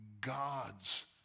God's